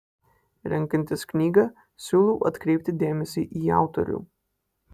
renkantis knygą siūlau atkreipti dėmesį į autorių